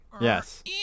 Yes